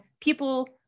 people